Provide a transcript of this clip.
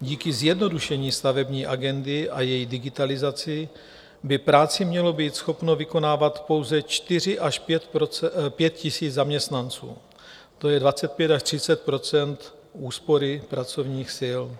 Díky zjednodušení stavební agendy a její digitalizaci by práci mělo být schopno vykonávat pouze 4 000 až 5 000 zaměstnanců, to je 25 až 30 % úspory pracovních sil.